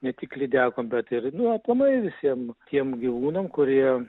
ne tik lydekom bet ir nu aplamai visiem tiem gyvūnam kurie